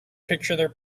picture